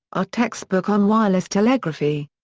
r. text-book on wireless telegraphy.